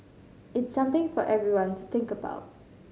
it's something for everyone to think about